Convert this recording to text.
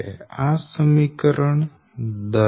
આ સમીકરણ 10 છે